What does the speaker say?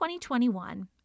2021